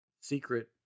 secret